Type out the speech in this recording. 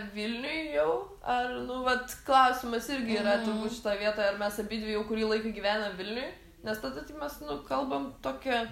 vilniuj jau ar nu vat klausimas irgi yra turbūt šitoj vietoj ar mes abidvi jau kurį laiką gyvenam vilniuj nes tada tai mes nu kalbam tokia